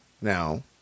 now